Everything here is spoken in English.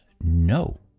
no